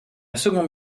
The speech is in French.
seconde